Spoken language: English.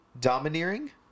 Domineering